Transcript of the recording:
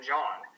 John